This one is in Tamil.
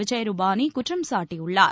விஜய் ருபானி குற்றம் சாட்டியுள்ளார்